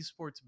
eSports